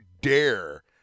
dare